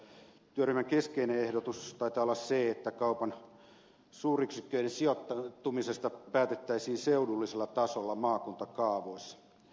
työryhmän keskeinen ehdotus taitaa olla se että kaupan suuryksiköiden sijoittumisesta päätettäisiin seudullisella tasolla maakuntakaavoissa